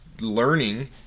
learning